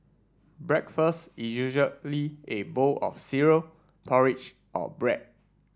breakfast is usually a bowl of cereal porridge or bread